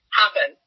happen